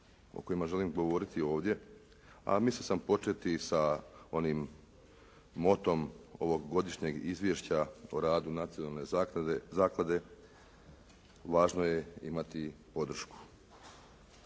o kojima želim govoriti ovdje, a mislio sam početi sa onim motom ovog Godišnjeg izvješća o radu nacionalne zaklade, važno je imati podršku.